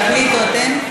תחליטו אתם.